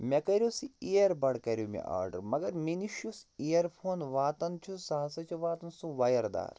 مےٚ کَریٛو سُہ اِیَربڈ کَریٛو مےٚ آرڈَر مگر مےٚ نِش یُس اِیرفون واتان چھُ سُہ ہسا چھُ واتان سُہ وایَردار